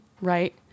right